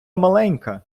маленька